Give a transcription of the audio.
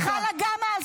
היא חלה גם על שרים.